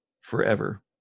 forever